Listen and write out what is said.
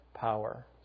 power